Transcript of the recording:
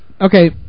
Okay